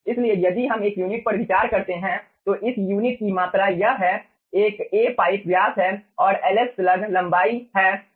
इसलिए यदि हम एक यूनिट पर विचार करते हैं तो इस यूनिट की मात्रा यह है एक A पाइप व्यास है और Ls स्लग लंबाई है और Lb बुलबुला की लंबाई है